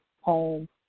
home